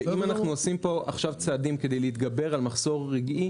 שאם אנחנו עושים פה עכשיו צעדים כדי להתגבר על מחסור רגעי,